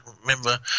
remember